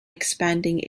expanding